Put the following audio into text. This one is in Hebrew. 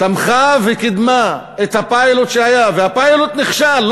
תמכה וקידמה את הפיילוט שהיה, והפיילוט נכשל.